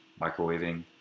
microwaving